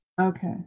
Okay